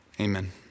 Amen